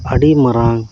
ᱟᱹᱰᱤ ᱢᱟᱨᱟᱝ